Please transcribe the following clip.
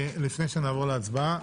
לפני שנעבור להצבעה,